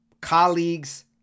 colleagues